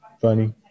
funny